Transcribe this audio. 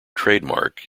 trademark